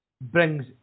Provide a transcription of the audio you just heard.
brings